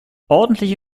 ordentliche